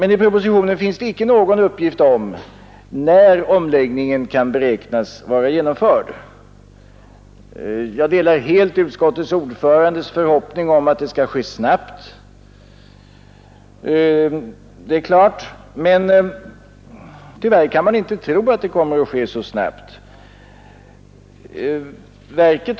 I propositionen finns heller ingen som helst uppgift om när omläggningen kan beräknas vara genomförd. Jag delar utskottets ordförandes förhoppning att det skall ske snabbt. Tyvärr kan jag inte tro att det kommer att ske så snabbt.